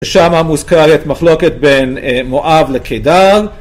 ושמה מוזכרת מחלוקת בין מואב לקידר